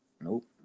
Nope